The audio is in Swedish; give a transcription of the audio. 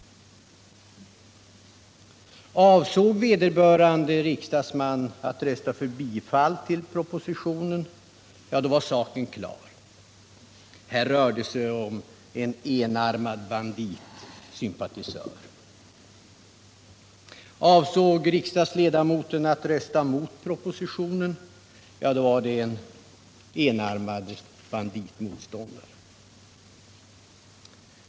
Avsåg vederbörande riksdagsman att rösta för bifall till propositionen — ja, då var situationen klar: här rörde det sig om en sympatisör till enarmade banditer. Avsåg riksdagsledamoten att rösta mot propositionen — ja, då var det fråga om en motståndare till enarmade banditer.